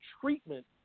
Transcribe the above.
treatment